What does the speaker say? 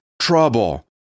trouble